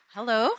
Hello